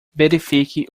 verifique